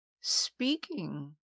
Speaking